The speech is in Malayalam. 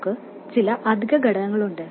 നമുക്ക് ചില അധിക ഘടകങ്ങളുണ്ട്